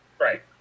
Right